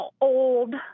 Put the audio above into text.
old